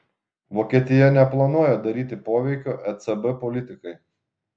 vokietija neplanuoja daryti poveikio ecb politikai